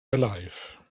alive